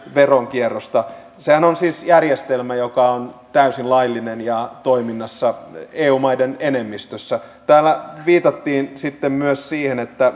veronkierrosta sehän on siis järjestelmä joka on täysin laillinen ja toiminnassa eu maiden enemmistössä täällä viitattiin sitten myös siihen että